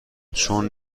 چون